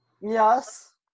Yes